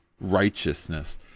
righteousness